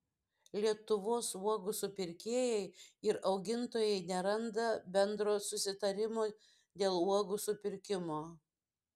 lietuvos uogų supirkėjai ir augintojai neranda bendro susitarimo dėl uogų supirkimo